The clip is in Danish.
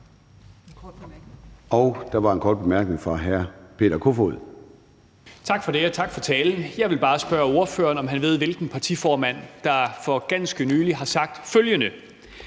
Der er en kort bemærkning fra hr. Peter Kofod. Kl. 17:25 Peter Kofod (DF): Tak for det, og tak for talen. Jeg vil bare spørge ordføreren, om han ved, hvilken partiformand der for ganske nylig har sagt følgende: